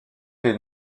est